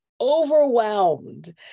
Overwhelmed